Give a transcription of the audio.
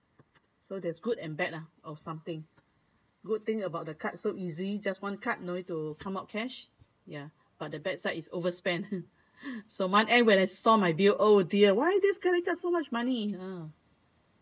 so there's good and bad lah or something good thing about the card so easy just one card no need to come up cash ya but the bad side is overspend so month end when I saw my bill oh dear why this credit card so much money